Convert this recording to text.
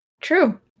true